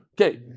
Okay